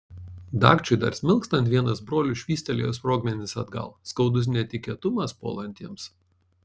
dagčiui dar smilkstant vienas brolių švystelėjo sprogmenis atgal skaudus netikėtumas puolantiems